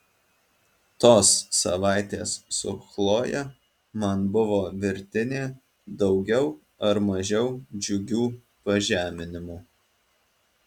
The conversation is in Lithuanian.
tos savaitės su chloje man buvo virtinė daugiau ar mažiau džiugių pažeminimų